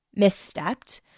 misstepped